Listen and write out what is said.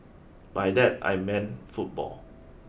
by that I mean football